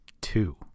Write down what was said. Two